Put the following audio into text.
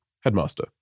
Headmaster